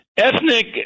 Ethnic